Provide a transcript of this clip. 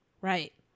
Right